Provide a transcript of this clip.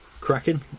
Cracking